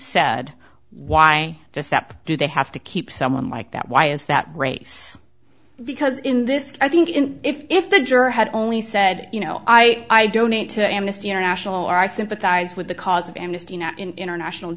said why just that do they have to keep someone like that why is that race because in this i think if the juror had only said you know i donate to amnesty international or i sympathize with the cause of amnesty international